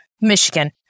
Michigan